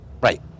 Right